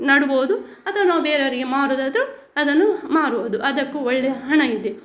ನೆಡ್ಬೋದು ಅಥವಾ ನಾವು ಬೇರೆಯವರಿಗೆ ಮಾರುದಾದರು ಅದನ್ನು ಮಾರಬೋದು ಅದಕ್ಕು ಒಳ್ಳೆ ಹಣ ಇದೆ